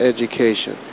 Education